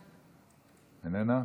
איננה,